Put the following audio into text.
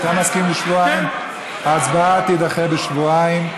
הוא מבקש לדחות בשבועיים.